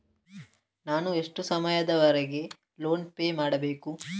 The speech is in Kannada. ನಾನು ಎಷ್ಟು ಸಮಯದವರೆಗೆ ಲೋನ್ ಪೇ ಮಾಡಬೇಕು?